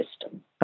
system